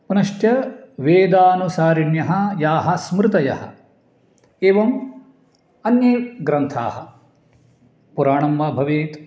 पुनश्च वेदानुसारिण्यः याः स्मृतयः एवम् अन्ये ग्रन्थाः पुराणं वा भवेत्